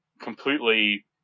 completely